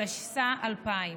התשס"ה 2000,